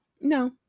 no